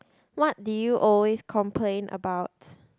what do you always complain about